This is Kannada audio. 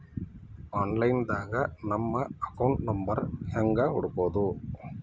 ಆನ್ಲೈನ್ ದಾಗ ನಮ್ಮ ಅಕೌಂಟ್ ನಂಬರ್ ಹೆಂಗ್ ಹುಡ್ಕೊದು?